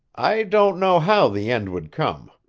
i don't know how the end would come.